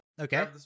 Okay